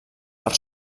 per